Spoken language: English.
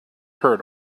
heard